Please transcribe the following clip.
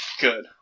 good